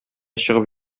чыгып